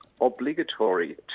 obligatory